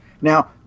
Now